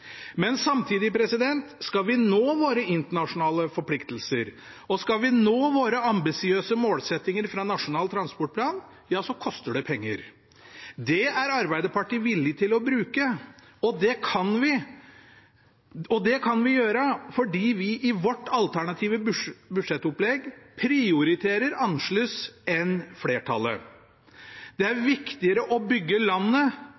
Men samtidig: Skal vi nå våre internasjonale forpliktelser, og skal vi nå våre ambisiøse målsettinger fra Nasjonal transportplan – ja, så koster det penger. Det er Arbeiderpartiet villig til å bruke, og det kan vi gjøre fordi vi i vårt alternative budsjettopplegg prioriterer annerledes enn flertallet. Det er viktigere å bygge landet